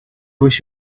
wish